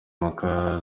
muzika